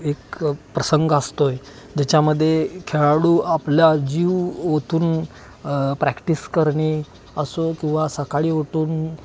एक प्रसंग असतो आहे ज्याच्यामध्ये खेळाडू आपला जीव ओतून प्रॅक्टिस करणे असो किंवा सकाळी उठून